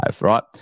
right